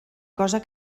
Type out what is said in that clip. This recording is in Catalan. cosa